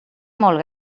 molt